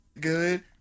good